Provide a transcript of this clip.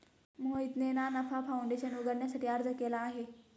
मोहितने ना नफा फाऊंडेशन उघडण्यासाठी अर्ज केला आहे